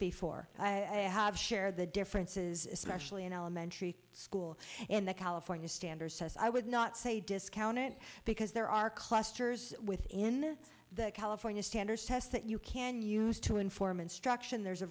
before i have shared the differences especially in elementary school and the california standard says i would not say discount it because there are clusters within the california standards test that you can use to inform instruction there's a